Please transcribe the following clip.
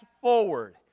forward